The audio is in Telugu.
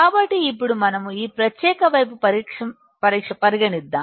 కాబట్టి ఇప్పుడు మనము ఈ ప్రత్యేక వైపు పరిగణిద్దాం